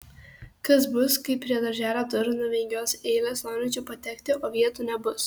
kas bus kai prie darželio durų nuvingiuos eilės norinčių patekti o vietų nebus